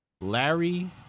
Larry